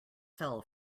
fell